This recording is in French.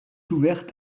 ouverte